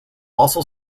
also